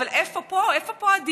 אבל איפה פה הדיונים?